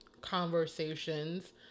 conversations